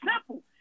simple